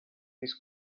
this